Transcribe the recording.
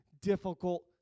difficult